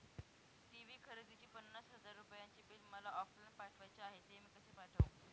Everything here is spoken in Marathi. टी.वी खरेदीचे पन्नास हजार रुपयांचे बिल मला ऑफलाईन पाठवायचे आहे, ते मी कसे पाठवू?